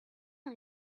are